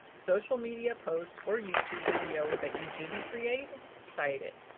social media post, or youtube video that you didn't create, cite it.